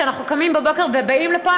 כשאנחנו קמים בבוקר ובאים לפה,